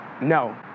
No